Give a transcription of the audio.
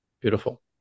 Beautiful